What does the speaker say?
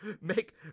make